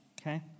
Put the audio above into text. okay